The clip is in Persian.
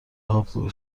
هاپو